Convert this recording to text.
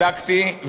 בדקתי,